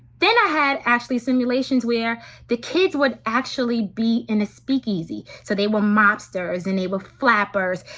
then i had actually simulations where the kids would actually be in a speakeasy. so they were mobsters, and they were flappers,